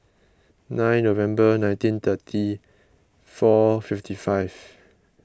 nine November nineteen thirty four fifty five